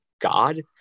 God